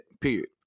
period